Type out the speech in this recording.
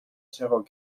terror